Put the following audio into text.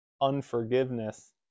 unforgiveness